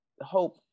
hope